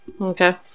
Okay